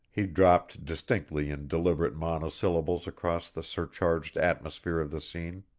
he dropped distinctly in deliberate monosyllables across the surcharged atmosphere of the scene.